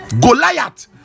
Goliath